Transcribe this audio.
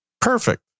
perfect